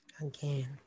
again